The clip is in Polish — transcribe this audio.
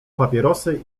papierosy